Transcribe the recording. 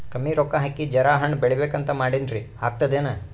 ಕಮ್ಮಿ ರೊಕ್ಕ ಹಾಕಿ ಜರಾ ಹಣ್ ಬೆಳಿಬೇಕಂತ ಮಾಡಿನ್ರಿ, ಆಗ್ತದೇನ?